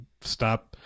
stop